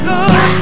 Good